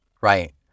Right